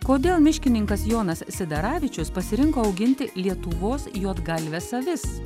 kodėl miškininkas jonas sidaravičius pasirinko auginti lietuvos juodgalves avis